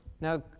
Now